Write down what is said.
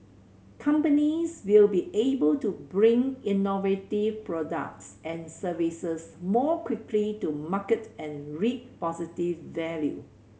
companies will be able to bring innovative products and services more quickly to market and reap positive value